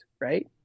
right